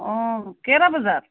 অঁ কেইটা বজাত